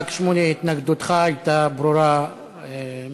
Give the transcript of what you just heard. חבר הכנסת שמולי, התנגדותך הייתה ברורה מאוד.